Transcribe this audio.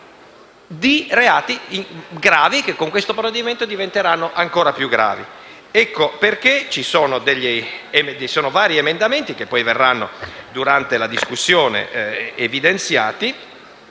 di reati gravi, che con questo provvedimento diventeranno ancora più gravi. Ecco perché ci sono vari emendamenti, che poi verranno evidenziati durante la discussione, in cui